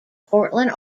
portland